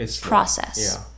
process